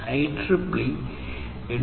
IEEE 802